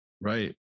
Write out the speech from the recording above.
Right